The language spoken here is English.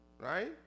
right